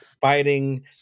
fighting